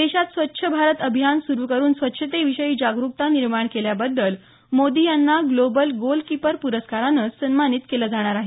देशात स्वच्छ भारत अभियान सुरु करून स्वच्छतेविषयी जागरुकता निर्माण केल्याबद्दल मोदी यांना ग्लोबल गोलकीपर पुरस्कारानं सन्मानित केलं जाणार आहे